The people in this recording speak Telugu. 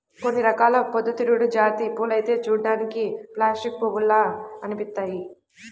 కొన్ని రకాల పొద్దుతిరుగుడు జాతి పూలైతే చూడ్డానికి ప్లాస్టిక్ పూల్లాగా అనిపిత్తయ్యి